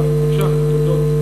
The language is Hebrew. בבקשה, תודות.